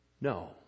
No